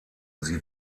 sie